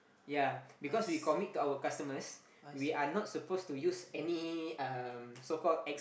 ya because we commit to our customers we are not supposed to use any um so called ex~